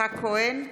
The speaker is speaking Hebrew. יצחק כהן,